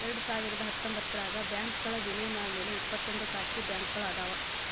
ಎರಡ್ಸಾವಿರದ ಹತ್ತೊಂಬತ್ತರಾಗ ಬ್ಯಾಂಕ್ಗಳ್ ವಿಲೇನ ಆದ್ಮ್ಯಾಲೆ ಇಪ್ಪತ್ತೊಂದ್ ಖಾಸಗಿ ಬ್ಯಾಂಕ್ಗಳ್ ಅದಾವ